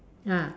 ah